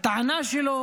הטענה שלו